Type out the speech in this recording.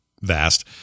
vast